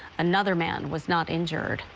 another man was not injured.